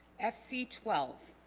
fc twelve